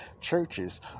churches